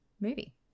movie